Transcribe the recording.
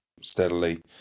steadily